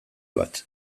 bat